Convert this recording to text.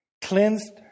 cleansed